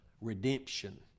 redemption